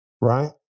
right